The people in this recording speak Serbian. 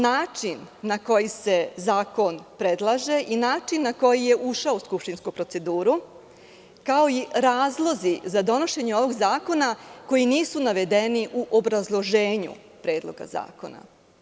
Način na koji se zakon predlaže i način na koji je ušao u skupštinsku proceduru, kao i razlozi za donošenje ovog zakona, koji nisu navedeni u obrazloženju Predloga zakona.